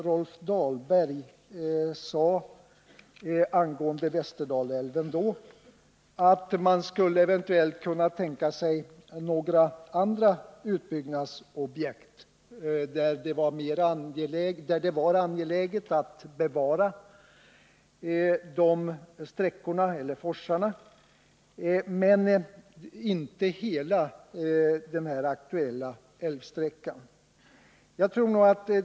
Rolf Dahlberg sade angående Västerdalälven att man eventuellt skulle kunna tänka sig andra utbyggnadsobjekt, att det var angeläget att bevara forsarna men inte hela den aktuella älvsträckan.